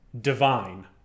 divine